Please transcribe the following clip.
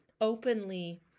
openly